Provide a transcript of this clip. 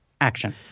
action